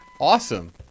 Awesome